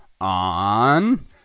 on